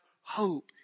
hope